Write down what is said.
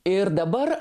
ir dabar